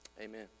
amen